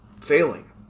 failing